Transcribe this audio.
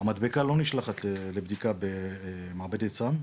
המדבקה לא נשלחת לבדיקה במעבדת סם,